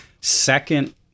second-